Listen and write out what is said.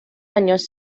años